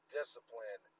discipline